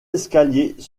escaliers